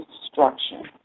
destruction